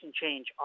change